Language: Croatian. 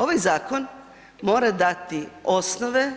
Ovaj zakon mora dati osnove